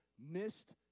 missed